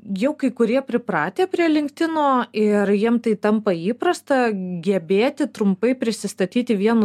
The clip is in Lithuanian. jau kai kurie pripratę prie linktino ir jiem tai tampa įprasta gebėti trumpai prisistatyti vienu